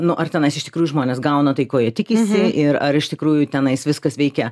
nu ar tenais iš tikrųjų žmonės gauna tai ko jie tikisi ir ar iš tikrųjų tenais viskas veikia